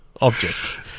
object